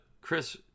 Chris